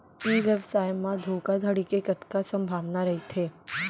ई व्यवसाय म धोका धड़ी के कतका संभावना रहिथे?